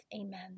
Amen